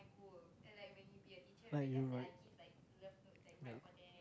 right you're right